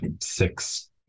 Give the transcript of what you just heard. six